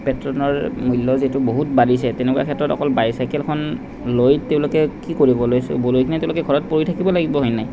পেট্ৰলৰ মূল্য যিহেতু বহুত বাঢ়িছে তেনেকুৱা ক্ষেত্ৰত অকল বাইচাইকেলখন লৈ তেওঁলোকে কি কৰিব লৈ পিনে তেওঁলোকে ঘৰত পৰি থাকিব লাগিব এনেই